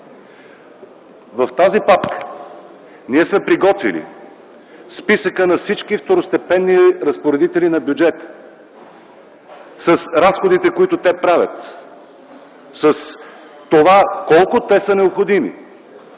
В тази папка ние сме приготвили списъка на всички второстепенни разпоредители на бюджета с разходите, които те правят, с това колко те са необходими.